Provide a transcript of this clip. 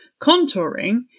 contouring